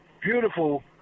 beautiful